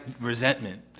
resentment